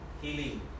healing